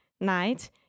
night